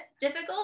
Difficult